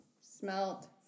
Smelt